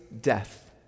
death